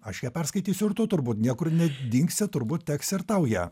aš ją perskaitysiu ir tu turbūt niekur nedingsi turbūt teks ir tau ją